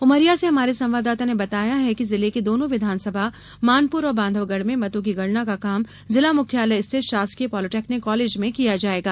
उमरिया से हमारे संवाददाता ने बताया है कि जिले की दोनों विधानसभा मानपुर और बांधवगढ़ में मतों की गणना का काम जिला मुख्यालय स्थित शासकीय पॉलीटेनिक कॉलेज में किया जायेगा